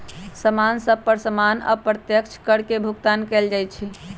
समान सभ पर सामान्य अप्रत्यक्ष कर के भुगतान कएल जाइ छइ